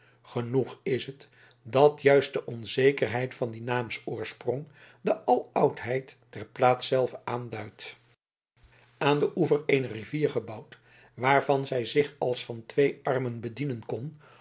genoeg is het dat juist de onzekerheid van dien naamsoorsprong de aloudheid der plaats zelve aanduidt aan den oever eener rivier gebouwd waarvan zij zich als van twee armen bedienen kon